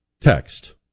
text